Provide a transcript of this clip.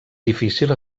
difícil